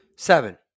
Seven